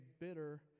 bitter